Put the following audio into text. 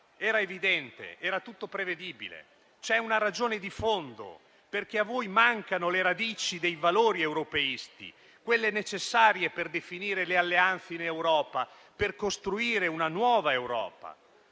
Era evidente, era tutto prevedibile e la ragione di fondo è che a voi mancano le radici dei valori europeisti, quelle necessarie per definire le alleanze in Europa, per costruire una nuova Europa.